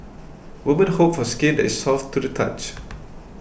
women hope for skin that soft to the touch